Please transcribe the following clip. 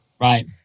Right